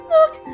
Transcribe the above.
Look